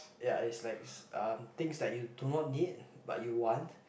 ya is likes um things that you do not need but you want